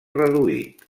reduït